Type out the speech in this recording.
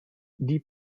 die